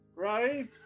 right